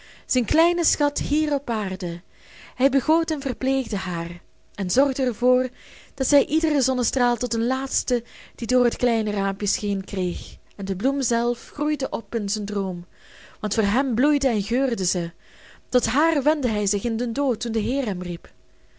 zijn kleine schat hier op aarde hij begoot en verpleegde haar en zorgde er voor dat zij iederen zonnestraal tot den laatsten die door het kleine raampje scheen kreeg en de bloem zelf groeide in zijn droom want voor hem bloeide en geurde zij tot haar wendde hij zich in den dood toen de heer hem riep